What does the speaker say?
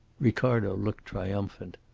ricardo looked triumphant.